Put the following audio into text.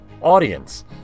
audience